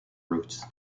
roots